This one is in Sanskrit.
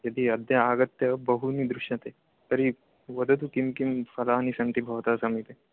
यदि अद्य आगत्य बहूनि दृश्यन्ते तर्हि वदतु कनि कनि फलानि सन्ति भवतः समीपे